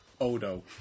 Odo